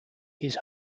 his